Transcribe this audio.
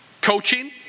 coaching